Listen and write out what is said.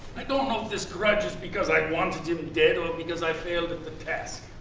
i don't know if this grudge is because i wanted him dead or because i failed at the task.